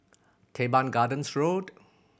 Teban Gardens Road